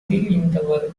இந்த